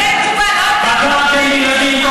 תהיה ענייני פעם אחת, פגעתם בילדים,